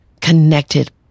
connected